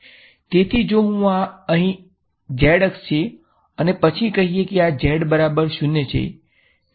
તેથી જો આ અહીં z અક્ષ છે અને પછી કહીએ કે આ z બરાબર 0 છે